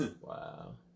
Wow